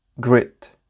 grit